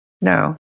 No